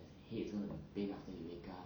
plus your head gonna be pain after you wake up